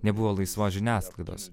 nebuvo laisvos žiniasklaidos